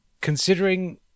considering